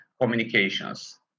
communications